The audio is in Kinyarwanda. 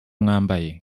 mwambaye